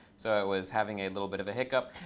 so it was having a little bit of a hiccup.